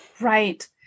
Right